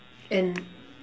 and